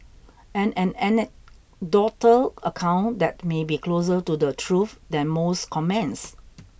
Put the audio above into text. and an anecdotal account that may be closer to the truth than most comments